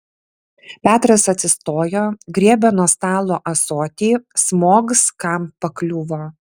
petras atsistojo griebė nuo stalo ąsotį smogs kam pakliuvo